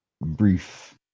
brief